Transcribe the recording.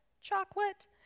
chocolate